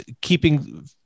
keeping